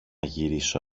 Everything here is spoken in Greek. γυρίσω